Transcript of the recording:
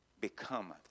Becometh